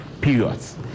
periods